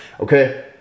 Okay